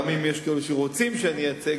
גם אם יש כאלה שרוצים שאני אייצג,